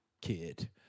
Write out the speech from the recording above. kid